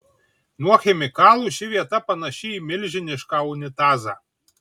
nuo chemikalų ši vieta panaši į milžinišką unitazą